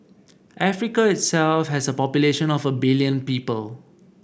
Africa itself has a population of a billion people